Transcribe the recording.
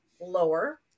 lower